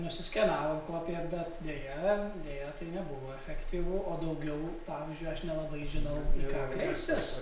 nusiskenavom kopiją bet deja deja tai nebuvo efektyvu o daugiau pavyzdžiui aš nelabai žinau į ką kreiptis